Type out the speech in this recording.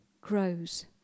grows